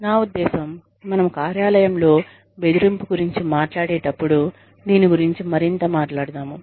నా ఉద్దేశ్యం మనము కార్యాలయంలో బెదిరింపు గురించి మాట్లాడేటప్పుడు దీని గురించి మరింత మాట్లాడదాము